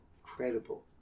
Incredible